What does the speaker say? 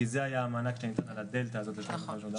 כי זה היה המענק שניתן על הדלתא הזאת של 3,511. נכון.